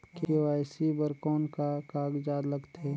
KYC बर कौन का कागजात लगथे?